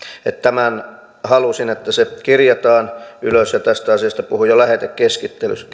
halusin että tämä kirjataan ylös ja tästä asiasta puhuin jo lähetekeskustelussa